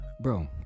Bro